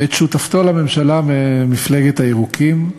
ואת שותפתו לממשלה, ממפלגת הירוקים,